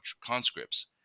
conscripts